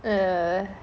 uh